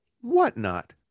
whatnot